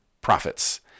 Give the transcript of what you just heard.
profits